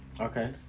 Okay